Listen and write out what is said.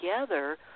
together